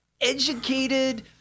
educated